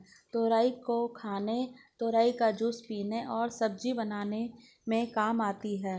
तुरई को खाने तुरई का जूस पीने और सब्जी बनाने में काम आती है